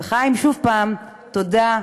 וחיים, שוב פעם, תודה.